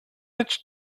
did